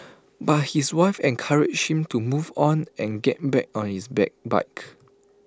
but his wife encouraged him to move on and get back on his bike